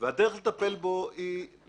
והדרך לטפל בו היא,